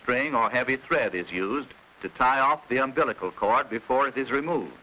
string or heavy thread is used to tie up the umbilical cord before it is removed